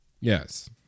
Yes